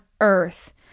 earth